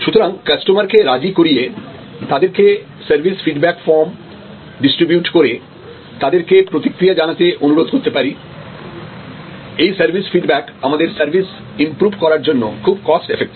সুতরাং কাস্টমারদেরকে রাজি করিয়ে তাদেরকে সার্ভিস ফিডব্যাক ফর্ম ডিস্ট্রিবিউট করে তাদের প্রতিক্রিয়া জানাতে অনুরোধ করতে পারি এই সার্ভিস ফিডব্যাক আমাদের সার্ভিস ইম্প্রুভ করার জন্য খুব কস্ট এফেক্টিভ